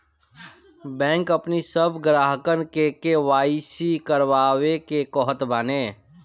bank अपनी सब ग्राहकन के के.वाई.सी करवावे के कहत बाने